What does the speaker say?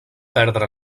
perdre